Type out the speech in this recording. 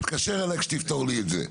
תתקשר אליי כשתפתור את זה.